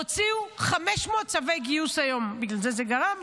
הוציאו 500 צווי גיוס היום, בגלל זה, זה גרם,